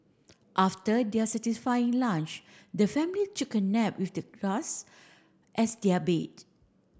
after their satisfying lunch the family took a nap with the grass as their bed